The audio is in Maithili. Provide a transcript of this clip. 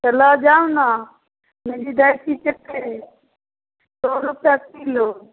तऽ लऽ जाउ ने सओ रुपैआ किलो